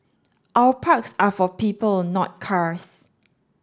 our parks are for people not cars